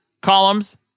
Columns